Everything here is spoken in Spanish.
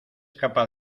capaz